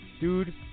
Dude